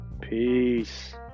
Peace